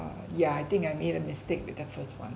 ya I think I made a mistake with the first one